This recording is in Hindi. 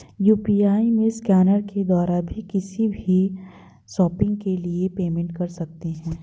यू.पी.आई में स्कैनर के द्वारा भी किसी भी शॉपिंग के लिए पेमेंट कर सकते है